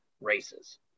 races